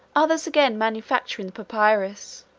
others again manufacturing the papyrus.